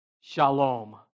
shalom